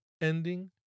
ending